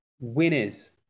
Winners